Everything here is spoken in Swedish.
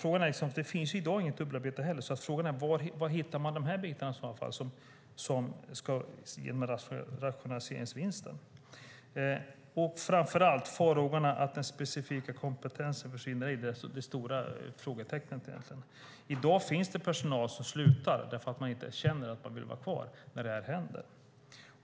I dag finns det inget dubbelarbete, så var hittar man de bitar som ska ge rationaliseringsvinsten? Framför allt är farhågorna att den specifika kompetensen försvinner det stora frågetecknet. I dag slutar personal för att de känner att de inte vill vara kvar när detta händer.